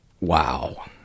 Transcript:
Wow